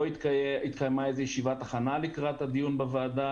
לא התקיימה ישיבת הכנה לקראת הדיון בוועדה